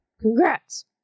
Congrats